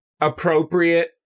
appropriate